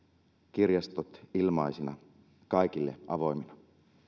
kirjastot ilmaisina kaikille avoimina